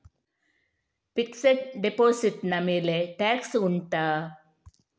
fixed deposit ನ ಮೇಲೆ tax ಉಂಟಾ